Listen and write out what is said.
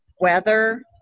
weather